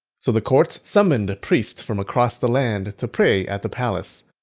so the court summoned priests from across the land to pray at the palace,